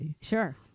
sure